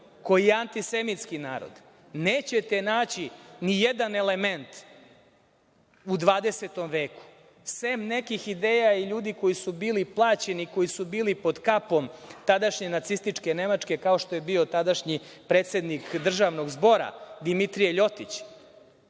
koje antisemitski narod. Nećete naći nijedan element u 20. veku, sem nekih ideja i ljudi koji su bili plaćeni, koji su bili pod kapom tadašnje nacističke Nemačke kao što je bio tadašnji predsednik državnog Zbora Dimitrije Ljotić,